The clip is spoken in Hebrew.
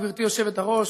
גברתי היושבת-ראש,